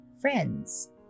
friends